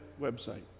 website